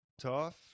Tough